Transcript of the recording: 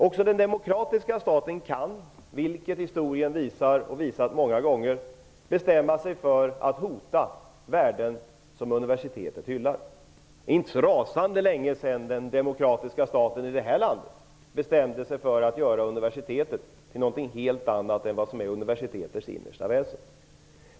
Också den demokratiska staten kan, vilket historien visat många gånger, bestämma sig för att hota värden som universitetet hyllar. Det är inte så rasande länge sedan den demokratiska staten här i landet bestämde sig för att göra universitetet till något helt annat än det som är dess innersta väsen.